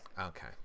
Okay